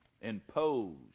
imposed